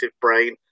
brain